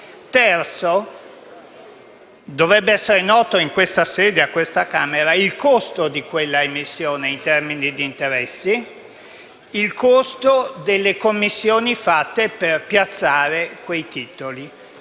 Inoltre, dovrebbe essere noto in questa sede il costo di quella emissione in termini di interessi, il costo delle commissioni per piazzare quei titoli